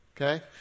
Okay